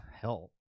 Hell